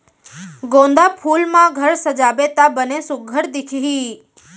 गोंदा फूल म घर सजाबे त बने सुग्घर दिखही